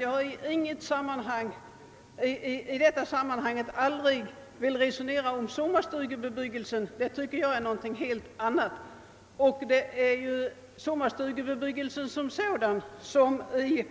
Jag har i detta sammanhang inte velat resonera om sommarstugebebyggelsen, eftersom den enligt min uppfattning är någonting helt annat. Sommarstugebebyggelsen som sådan kommer genom